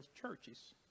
churches